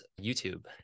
YouTube